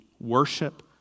worship